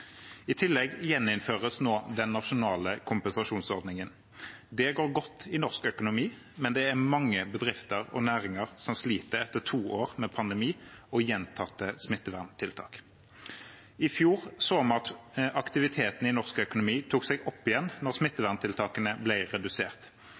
I tillegg gjeninnføres nå den nasjonale kompensasjonsordningen. Det går godt i norsk økonomi, men det er mange bedrifter og næringer som sliter etter to år med pandemi og gjentatte smitteverntiltak. I fjor så vi at aktiviteten i norsk økonomi tok seg opp igjen når